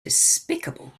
despicable